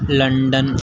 London